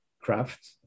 craft